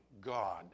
God